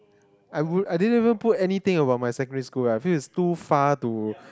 I would I didn't even put anything about my secondary school I feel it's too far to